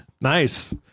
Nice